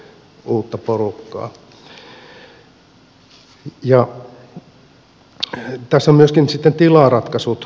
tässä on myöskin sitten tilaratkaisut